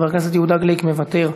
חבר הכנסת יהודה גליק, מוותר.